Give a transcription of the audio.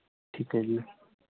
ਠੀਕ ਹੈ ਜੀ